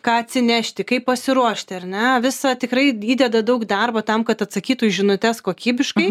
ką atsinešti kaip pasiruošti ar ne visą tikrai įdeda daug darbo tam kad atsakytų į žinutes kokybiškai